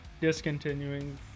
discontinuing